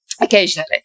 occasionally